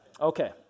Okay